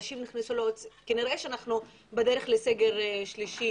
כנראה שאנחנו בדרך לסגר שלישי.